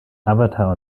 avatar